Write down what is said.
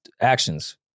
actions